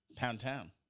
Poundtown